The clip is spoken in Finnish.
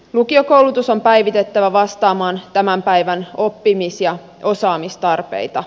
lukiokoulutus on päivitettävä vastaamaan tämän päivän oppimis ja osaamistarpeita